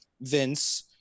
Vince